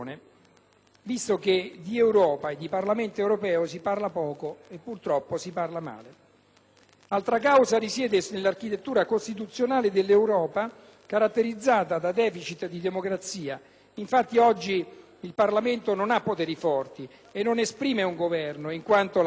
L'altra causa risiede nell'architettura costituzionale dell'Europa, caratterizzata da deficit di democrazia. Oggi, infatti, il Parlamento non ha poteri forti e non esprime un Governo, in quanto la Commissione viene formata su designazione dei Governi nazionali e il Consiglio è diretta appendice degli stessi.